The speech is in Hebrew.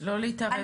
לא להתערב בבקשה.